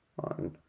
On